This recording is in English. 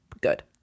good